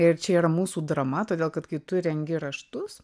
ir čia yra mūsų drama todėl kad kai tu rengi raštus